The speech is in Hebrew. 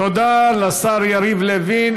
תודה לשר יריב לוין.